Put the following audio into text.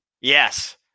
Yes